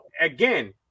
again